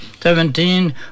Seventeen